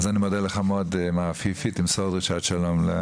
אז אני מודה לך מאד מר עפיפי, תמסור דרישת שלום.